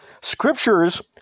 Scriptures